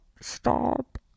stop